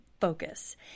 focus